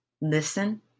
Listen